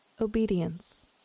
Obedience